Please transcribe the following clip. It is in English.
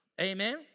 Amen